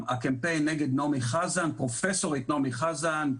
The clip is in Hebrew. הקמפיין נגד פרופ' נעמי חזן,